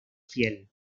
fiel